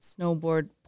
snowboard